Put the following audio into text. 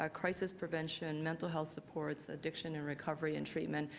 ah crisis prevention, mental health supports addiction and recovery and treatment,